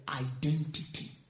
identity